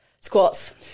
Squats